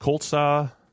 Colts